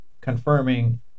confirming